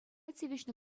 тивӗҫнӗ